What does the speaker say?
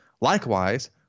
Likewise